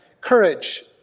courage